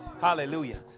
Hallelujah